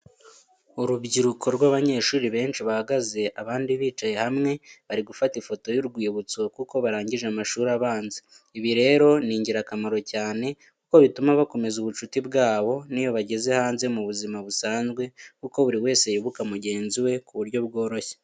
Urubyiruko rw'abanyeshuri benshi bahagaze abandi bicaye hamwe, bari gufata ifoto y'urwibutso kuko barangije amashuri abanza. Ibi rero ni ingirakamaro cyane kuko bituma bakomeza ubucuti bwabo n'iyo bageze hanze mu buzima busanzwe kuko buri wese yibuka mugenzi ku buryo bworoshye.